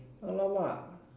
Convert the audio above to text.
!alamak!